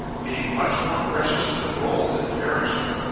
being much more precious than gold that perisheth,